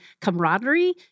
camaraderie